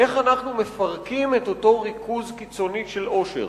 איך אנחנו מפרקים את אותו ריכוז קיצוני של עושר,